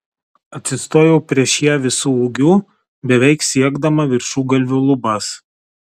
atsistojau prieš ją visu ūgiu beveik siekdama viršugalviu lubas